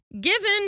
given